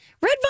Red